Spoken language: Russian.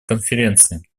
конференции